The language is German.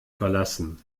verlassen